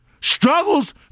struggles